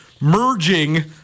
merging